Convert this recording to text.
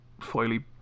Foily